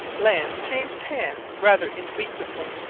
lands changed hands rather infrequently,